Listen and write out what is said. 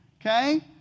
okay